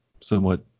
somewhat